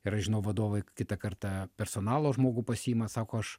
ir aš žinau vadovai kitą kartą personalo žmogų pasiima sako aš